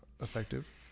effective